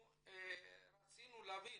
אנחנו רצינו להבין